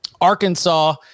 Arkansas